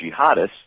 jihadists